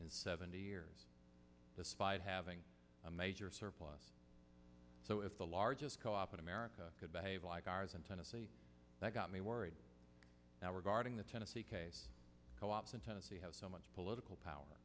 in seventy years despite having a major surplus so if the largest co op in america could behave like ours in tennessee that got me worried now regarding the tennessee case co ops in tennessee have so much political power